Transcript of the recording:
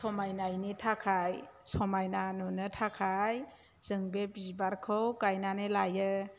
समायनायनि थाखाय समायना नुनो थाखाय जों बे बिबारखौ गायनानै लायो